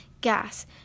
gas